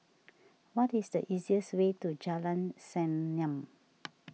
what is the easiest way to Jalan Senyum